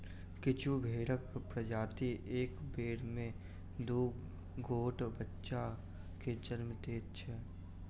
किछु भेंड़क प्रजाति एक बेर मे दू गोट बच्चा के जन्म दैत छै